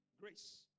grace